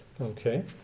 Okay